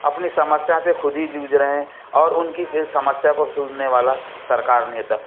अपनी समस्या से खुद ही जूझ रहे हैं और उनकी इस समस्या को सुनने वाला सरकार नेता